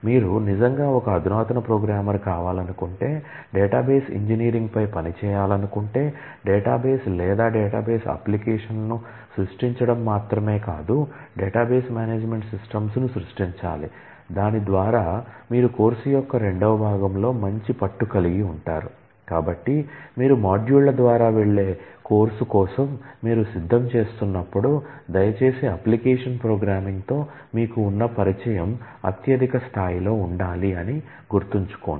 మీరు నిజంగా ఒక అధునాతన ప్రోగ్రామర్ కావాలనుకుంటే డేటాబేస్ ఇంజనీరింగ్ తో మీకు ఉన్న పరిచయం అత్యధిక స్థాయిలో ఉండాలి అని గుర్తుంచుకోండి